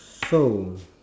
so